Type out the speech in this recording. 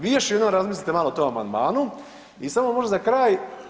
Vi još jednom razmislite malo o tom amandmanu i samo možda za kraj.